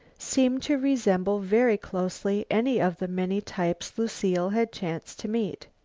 seem to resemble very closely any of the many types lucile had chanced to meet.